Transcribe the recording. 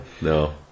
no